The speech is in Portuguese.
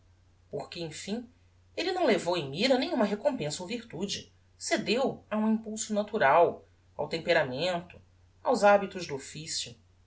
porque emfim elle não levou em mira nenhuma recompensa ou virtude cedeu a um impulso natural ao temperamento aos habitos do officio